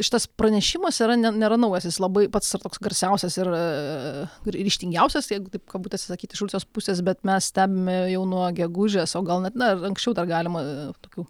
šitas pranešimas yra ne nėra naujas jis labai pats toks garsiausias ir ryžtingiausias jeigu taip kabutėse sakyti iš rusijos pusės bet mes stebime jau nuo gegužės o gal net ne anksčiau dar galima tokių